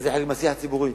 זה חלק מהשיח הציבורי.